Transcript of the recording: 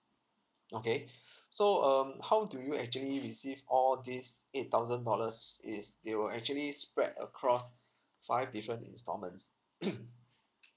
okay so um how do you actually receive all this eight thousand dollars is they will actually spread across five different instalments